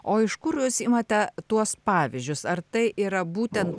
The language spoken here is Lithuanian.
o iš kur jūs imate tuos pavyzdžius ar tai yra būtent